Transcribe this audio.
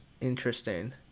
Interesting